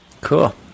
Cool